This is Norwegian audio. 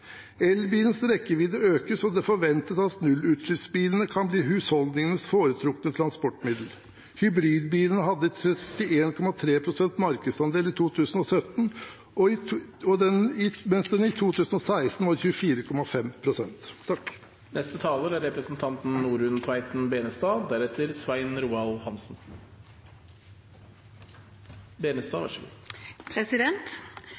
Elbilens rekkevidde økes, og det forventes at nullutslippsbilene kan bli husholdningenes foretrukne transportmiddel. Hybridbilene hadde 31,3 pst. markedsandel i 2017, mens den i 2016 var 24,5 pst. Representanten Slagsvold Vedum sa i sitt innlegg tidligere i kveld at Jeløya-erklæringen er